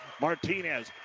Martinez